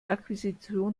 akquisition